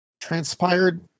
transpired